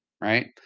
right